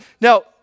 Now